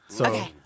Okay